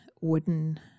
wooden